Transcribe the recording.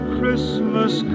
Christmas